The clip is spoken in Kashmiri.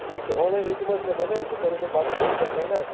ٹھیٖک چھُ آن لایِن ریزوٗم حظ چھُ مےٚ بنٲوِتھ بہٕ کَرہو تۅہہِ واٹٕس ایپس پٮ۪ٹھ ٮسٮ۪نٛڈ حظ